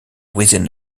within